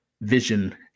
vision